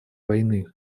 войны